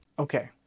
Okay